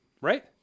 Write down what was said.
Right